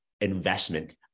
investment